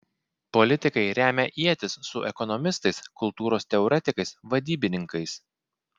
politikai remia ietis su ekonomistais kultūros teoretikais vadybininkais